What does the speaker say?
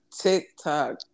TikTok